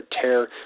tear